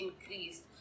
increased